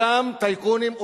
אותם טייקונים,